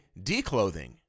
declothing